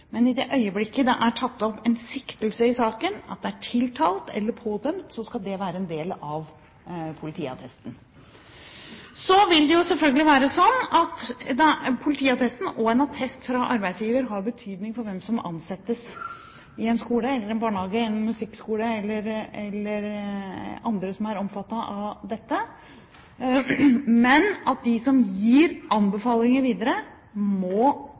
er tiltalt eller pådømt, skal det være en del av politiattesten. Så vil selvfølgelig en politiattest og en attest fra arbeidsgiver ha betydning for hvem som ansettes i en skole, en barnehage, en musikkskole osv. Men de som gir anbefalinger videre, må legge vekt på å være så ærlige som